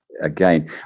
again